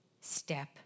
step